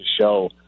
show